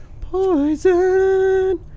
Poison